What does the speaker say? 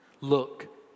Look